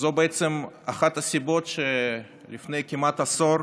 זו בעצם אחת הסיבות שלפני כמעט עשור,